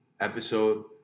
episode